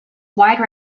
wide